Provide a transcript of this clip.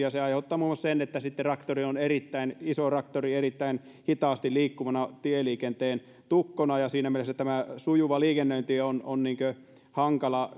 se aiheuttaa muun muassa sen että sitten traktori on erittäin iso ja traktori erittäin hitaasti liikkuvana tieliikenteen tukkona ja siinä mielessä sujuva liikennöinti on on hankalaa